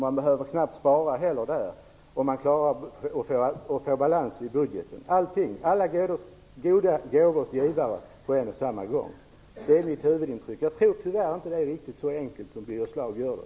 Man behöver knappt spara där heller, och man klarar att få balans i budgeten. Alla goda gåvors givare på en och samma gång. Det är mitt huvudintryck. Jag tror tyvärr inte att det är riktigt så enkelt som Birger Schlaug gör det.